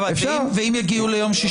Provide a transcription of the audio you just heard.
ואם יגיעו ליום שישי?